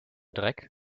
dreck